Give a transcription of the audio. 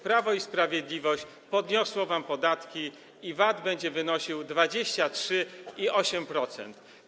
Prawo i Sprawiedliwość podnosi wam podatki i VAT będzie wynosił 23 i 8%.